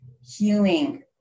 healing